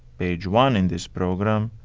page one in this program,